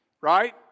right